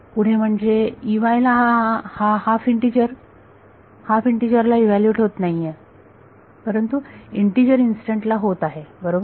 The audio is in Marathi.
पुढे म्हणजे हा हा हाफ इन्टिजरला इव्हॅल्यूएट होत नाहीये परंतु इन्टिजर इन्स्टंट ला होत आहे बरोबर